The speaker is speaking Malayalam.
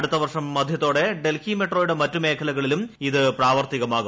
അടുത്ത വർഷം മധ്യത്തോടെ ഡൽഹി മെട്രോയുടെ മറ്റ് മേഖലകളിലും ഇത് പ്രാവർത്തികമാവും